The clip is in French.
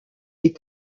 des